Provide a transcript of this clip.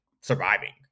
surviving